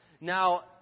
Now